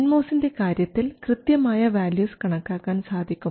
N മോസിൻറെ കാര്യത്തിൽ കൃത്യമായ വാല്യൂസ് കണക്കാക്കാൻ സാധിക്കും